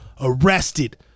arrested